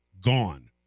gone